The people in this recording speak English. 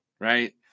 right